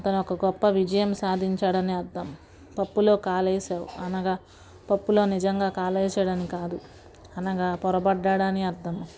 అతను ఒక గొప్ప విజయం సాధించాడని అర్థం పప్పులో కాలేసావు అనగా పప్పులో నిజంగా కాలు వేసాడని కాదు అనగా పొరపడ్డాడని అర్థం